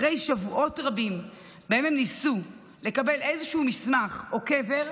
אחרי שבועות רבים שבהם הם ניסו לקבל איזשהו מסמך או קבר,